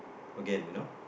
again you know